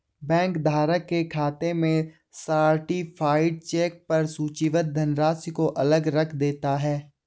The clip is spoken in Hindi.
बैंक धारक के खाते में सर्टीफाइड चेक पर सूचीबद्ध धनराशि को अलग रख देते हैं